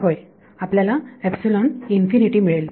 होय आपल्याला epsilon infinity मिळेल